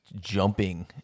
jumping